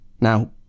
Now